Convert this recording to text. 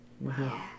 Wow